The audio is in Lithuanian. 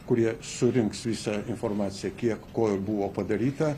kurie surinks visą informaciją kiek ko buvo padaryta